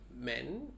men